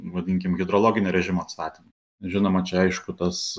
vadinkim hidrologinio režimo atstatymui žinoma čia aišku tas